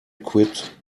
quid